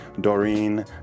Doreen